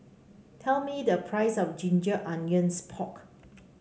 tell me the price of Ginger Onions Pork